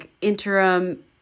interim